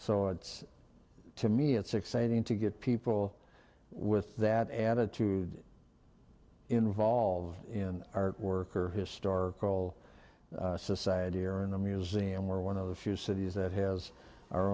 so it's to me it's exciting to get people with that attitude involved in artwork or historical society or in a museum or one of the few cities that has our